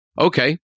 Okay